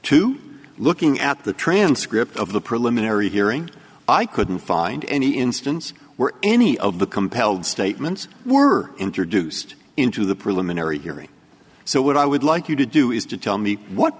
to looking at the transcript of the preliminary hearing i couldn't find any instance were any of the compelled statements were introduced into the preliminary hearing so what i would like you to do is to tell me what